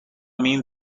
mean